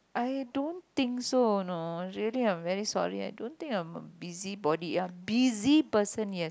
I don't think so you know really I'm very sorry I don't think I'm a busybody ya busy person yes